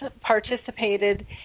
participated